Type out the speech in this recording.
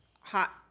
hot